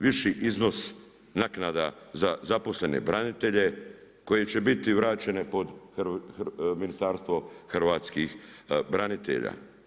Viši iznos naknada za zaposlene branitelje, koji će biti vraćene pod Ministarstvo hrvatskih branitelja.